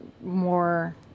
more